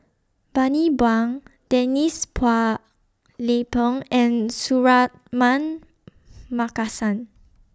Bani Buang Denise Phua Lay Peng and Suratman Markasan